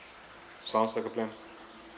sounds like a plan